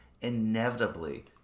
Inevitably